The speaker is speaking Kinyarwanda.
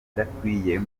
idakwiye